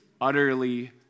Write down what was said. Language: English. utterly